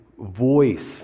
voice